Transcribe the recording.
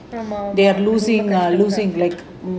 ஆமா:aamaa